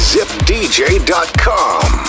ZipDJ.com